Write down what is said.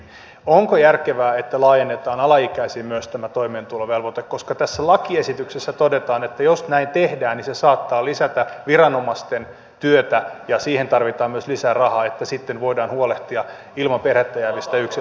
onko järkevää että laajennetaan myös alaikäisiin tämä toimeentulovelvoite koska tässä lakiesityksessä todetaan että jos näin tehdään se saattaa lisätä viranomaisten työtä ja siihen tarvitaan myös lisää rahaa että sitten voidaan huolehtia ilman perhettä jäävistä lapsista